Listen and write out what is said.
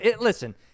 listen